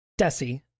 desi